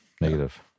Negative